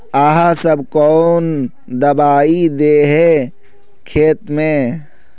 आहाँ सब कौन दबाइ दे है खेत में?